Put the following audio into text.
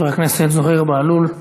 חבר הכנסת זוהיר בהלול,